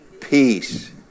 peace